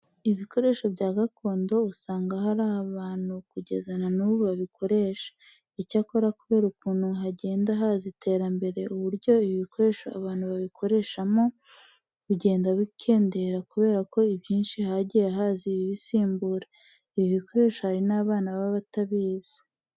Ibikoresho bya gakondo usanga hari abantu kugeza na n'ubu bakibikoresha. Icyakora kubera ukuntu hagenda haza iterambere, uburyo ibi bikoresho abantu babikoreshagamo bugenda bukendera kubera ko ibyinshi hagiye haza ibibisimbura. Ibi bikoresho hari n'abana baba batabizi.